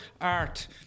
art